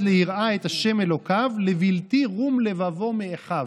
ליראה את ה' אלוקיו לבלתי רום לבבו מאחיו".